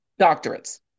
doctorates